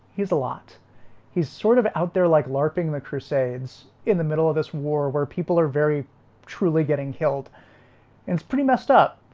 he's a lot he's sort of out there like larping the crusades in the middle of this war where people are very truly getting killed and it's pretty messed up